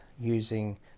using